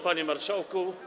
Panie Marszałku!